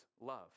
love